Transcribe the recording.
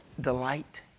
delight